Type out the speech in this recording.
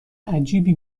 عجیبی